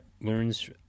learns